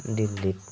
দিল্লীত